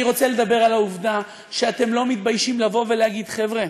אני רוצה לדבר על העובדה שאתם לא מתביישים לא להגיד: חבר'ה,